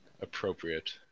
appropriate